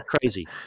crazy